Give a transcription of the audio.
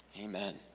Amen